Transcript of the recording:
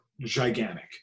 gigantic